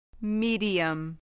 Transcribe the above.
Medium